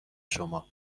شما